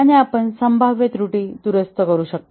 आणि आपण संभाव्य त्रुटी दुरुस्त करू शकता